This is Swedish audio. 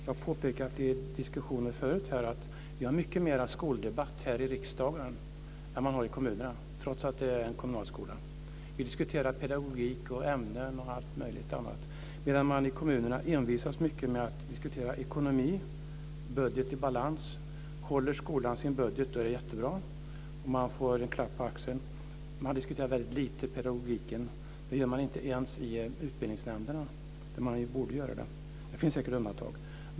Jag har tidigare påpekat att vi har mycket mera skoldebatt här i riksdagen än vad man har i kommunerna, trots att det är en kommunal skola. Vi diskuterar pedagogik, ämnen och allt möjligt annat medan man i kommunerna envisas med att diskutera ekonomi och en budget i balans. Håller skolan sin budget är det jättebra, och den får en klapp på axeln. Men man diskuterar väldigt lite om pedagogiken. Det gör man inte ens i utbildningsnämnderna där man borde göra det - det finns några få undantag.